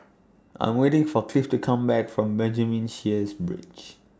I'm waiting For Cliff to Come Back from Benjamin Sheares Bridge